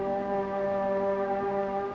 oh